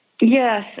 Yes